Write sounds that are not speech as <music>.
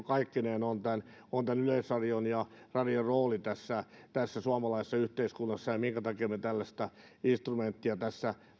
<unintelligible> kaikkineen on yleisradion ja radion rooli suomalaisessa yhteiskunnassa ja ja minkä takia me tällaista instrumenttia tässä